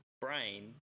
brain